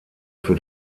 für